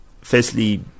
firstly